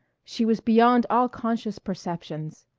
she was beyond all conscious perceptions.